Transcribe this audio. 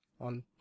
on